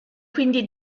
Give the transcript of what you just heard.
quindi